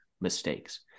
mistakes